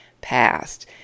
past